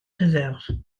réserve